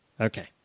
Okay